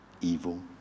evil